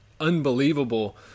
unbelievable